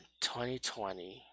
2020